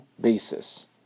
basis